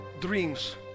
dreams